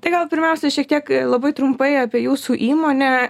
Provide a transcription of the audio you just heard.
tai gal pirmiausia šiek tiek labai trumpai apie jūsų įmonę